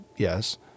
Yes